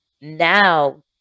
now